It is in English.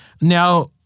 now